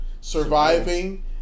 surviving